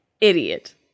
idiot